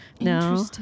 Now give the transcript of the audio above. No